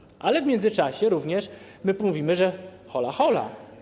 Ale w międzyczasie również my mówimy: hola, hola.